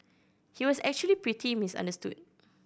he was actually pretty misunderstood